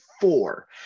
four